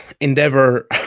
Endeavor